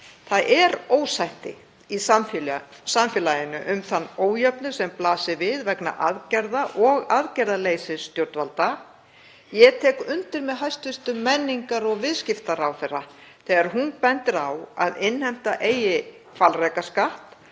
Það er ósætti í samfélaginu um þann ójöfnuð sem blasir við vegna aðgerða og aðgerðaleysis stjórnvalda. Ég tek undir með hæstv. menningar- og viðskiptaráðherra þegar hún bendir á að innheimta eigi hvalrekaskatt